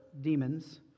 demons